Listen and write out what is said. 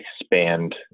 expand